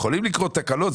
יכולות לקרות תקלות,